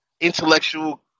intellectual